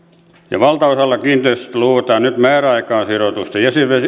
valtaosalla kiinteistöistä luovutaan nyt määräaikaan sidotuista